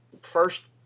First